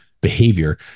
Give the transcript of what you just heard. behavior